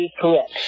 correct